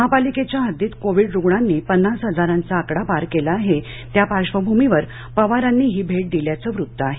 महापालिकेच्या हद्दीत कोविड रुग्णांनी पन्नास हजारांचा आकडा पार केला आहे त्या पार्श्वभूमीवर पवारांनी ही भेट दिल्याचं वृत्त आहे